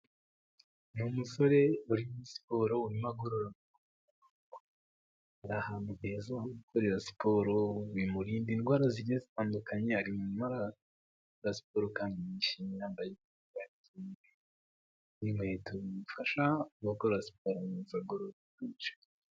Ni umusore uri muri siporo urimo agorora amaguru. Ari ahantu heza ho gukorera siporo, bimurinda indwara zigiye zitandukanye. Arimo arakora siporo kandi yishimye, yambaye inkweto zimufasha gukora siporo neza.